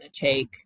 take